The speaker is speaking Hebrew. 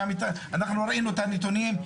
ראינו את הנתונים,